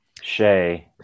Shay